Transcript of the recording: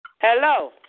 Hello